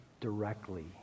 directly